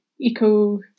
eco